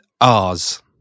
R's